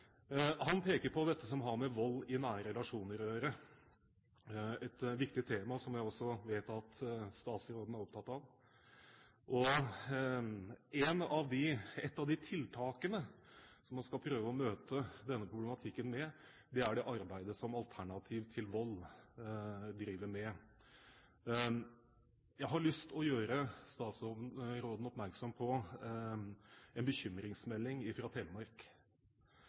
Han peker på dette som har med vold i nære relasjoner å gjøre, et viktig tema som jeg også vet at statsråden er opptatt av. Et av de tiltakene som man skal prøve å møte denne problematikken med, er det arbeidet som Alternativ til Vold driver med. Jeg har lyst til å gjøre statsråden oppmerksom på en bekymringsmelding fra Telemark.